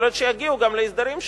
ויכול להיות שיגיעו להסדרים שונים.